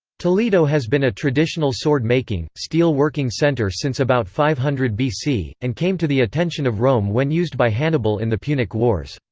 toledo has been a traditional sword-making, steel-working centre since about five hundred bc, and came to the attention of rome when used by hannibal in the punic wars.